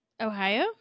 Ohio